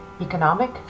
economic